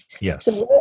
Yes